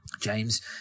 James